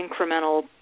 incremental